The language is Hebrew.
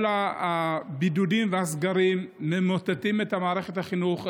כל הבידודים והסגרים ממוטטים את מערכת החינוך,